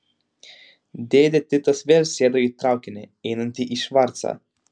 dėdė titas vėl sėdo į traukinį einantį į švarcą